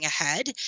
ahead